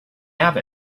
have